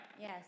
Yes